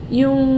yung